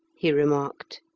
he remarked.